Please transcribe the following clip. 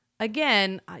again